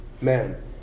man